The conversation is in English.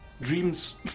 dreams